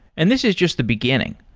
and this is just the beginning.